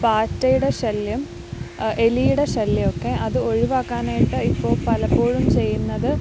പാറ്റയുടെ ശല്യം എലീടെ ശല്യമൊക്കെ അത് ഒഴിവാക്കാനായിട്ട് ഇപ്പോള് പലപ്പോഴും ചെയ്യുന്നത്